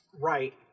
Right